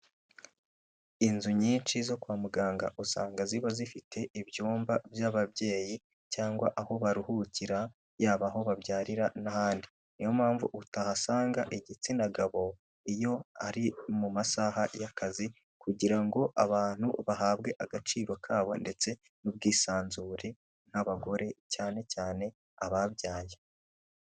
Inzu nyinshi zo kwa muganga usanga ziba zifite ibyumba by'ababyeyi cyangwa aho baruhukira yaba aho babyarira n'ahandi, niyo mpamvu utahasanga igitsina gabo iyo ari mu masaha y'akazi kugira ngo abantu bahabwe agaciro kabo ndetse n'ubwisanzure nk'abagore cyane cyane ababyaye.